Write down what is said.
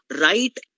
right